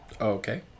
Okay